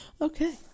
Okay